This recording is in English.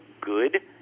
good